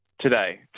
today